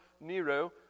Nero